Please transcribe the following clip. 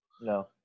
No